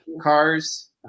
cars